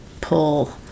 pull